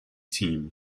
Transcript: team